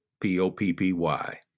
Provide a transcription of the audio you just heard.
P-O-P-P-Y